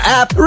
app